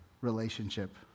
relationship